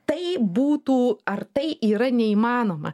tai būtų ar tai yra neįmanoma